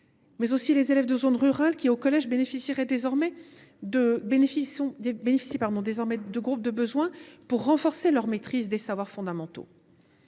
Mais aussi les élèves des zones rurales qui, au collège, bénéficient désormais de groupes de besoins pour renforcer leur maîtrise des savoirs fondamentaux,